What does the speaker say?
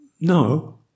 No